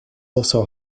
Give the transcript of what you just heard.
also